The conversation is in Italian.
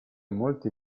molti